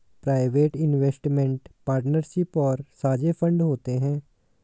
private investment partnership और साझे fund होते हैं